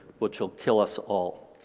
which will kill us all.